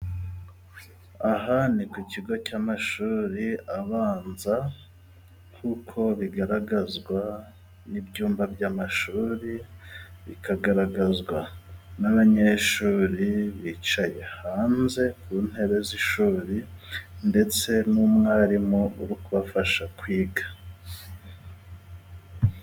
Aha ni ku kigo cy'amashuri abanza nk'uko bigaragazwa n'ibyumba by'amashuri ,bikagaragazwa n'abanyeshuri bicaye hanze ku ntebe z'ishuri ,ndetse n'umwarimu uri kubafasha kwiga.